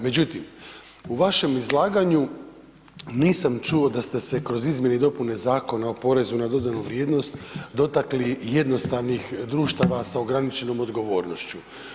Međutim, u vašem izlaganju nisam čuo da ste se kroz izmjene i dopune Zakona o porezu na dodatnu vrijednost dotakli jednostavnih društava sa ograničenom odgovornošću.